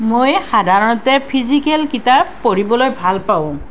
মই সাধাৰণতে ফিজিকেল কিতাপ পঢ়িবলৈ ভাল পাওঁ